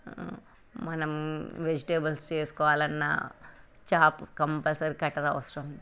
మనం వెజిటేబుల్స్ చేసుకోవాలన్న చాకు కంపల్సరీ కట్టర్ అవసరం